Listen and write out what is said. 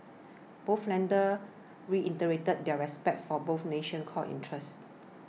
both leaders reiterated their respect for both nation's core interests